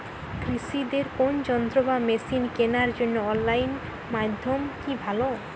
কৃষিদের কোন যন্ত্র বা মেশিন কেনার জন্য অনলাইন মাধ্যম কি ভালো?